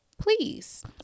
Please